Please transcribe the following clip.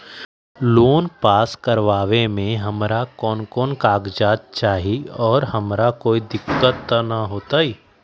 Loan pass करवावे में हमरा कौन कौन कागजात चाही और हमरा कोई दिक्कत त ना होतई?